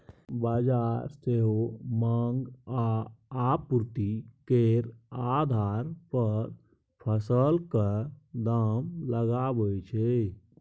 बजार सेहो माँग आ आपुर्ति केर आधार पर फसलक दाम लगाबै छै